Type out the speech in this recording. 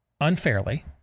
unfairly